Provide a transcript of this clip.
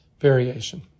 variation